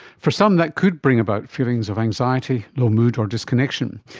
for some that could bring about feelings of anxiety, low mood or disconnection.